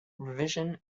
revision